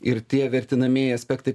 ir tie vertinamieji aspektai